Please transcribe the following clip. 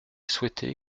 souhaité